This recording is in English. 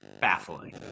baffling